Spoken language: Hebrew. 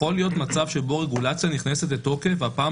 יכול להיות מצב שבו רגולציה נכנסת לתוקף והפעם